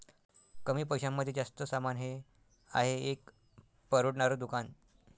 कमी पैशांमध्ये जास्त सामान हे आहे एक परवडणार दुकान